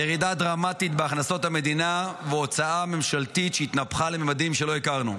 ירידה דרמטית בהכנסות המדינה והוצאה ממשלתית שהתנפחה לממדים שלא הכרנו.